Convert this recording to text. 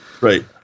Right